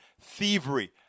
thievery